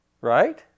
Right